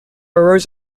arose